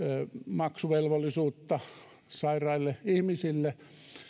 maksuvelvollisuutta sairaille ihmisille